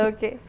Okay